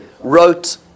Wrote